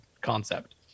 concept